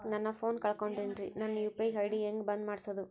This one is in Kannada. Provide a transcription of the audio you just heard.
ನನ್ನ ಫೋನ್ ಕಳಕೊಂಡೆನ್ರೇ ನನ್ ಯು.ಪಿ.ಐ ಐ.ಡಿ ಹೆಂಗ್ ಬಂದ್ ಮಾಡ್ಸೋದು?